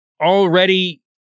already